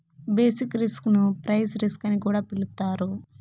basic risk ను price risk అని కూడా పిలుత్తారు